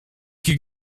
could